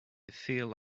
feel